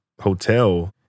hotel